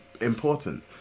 important